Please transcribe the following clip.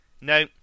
No